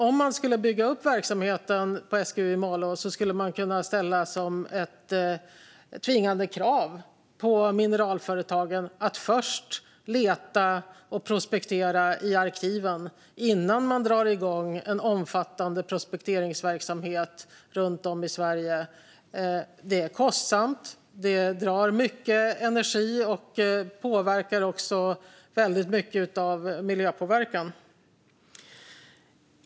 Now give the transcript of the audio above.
Om man skulle bygga upp verksamheten på SGU i Malå skulle man kunna ställa ett tvingande krav på mineralföretagen att först leta och prospektera i arkiven innan de drar igång en omfattande prospekteringsverksamhet runt om i Sverige. Det är kostsamt, det drar mycket energi och det har en stor miljöpåverkan.